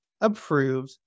approved